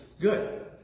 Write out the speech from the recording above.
good